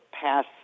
pass